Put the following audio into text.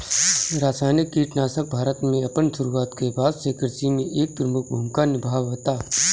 रासायनिक कीटनाशक भारत में अपन शुरुआत के बाद से कृषि में एक प्रमुख भूमिका निभावता